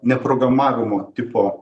neprogramavimo tipo